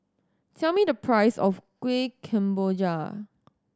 tell me the price of Kueh Kemboja